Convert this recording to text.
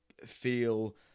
feel